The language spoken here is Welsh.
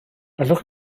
allwch